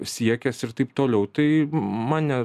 siekęs ir taip toliau tai mane